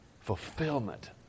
fulfillment